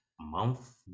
Month